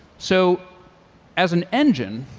so as an engine,